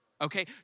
okay